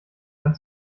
dann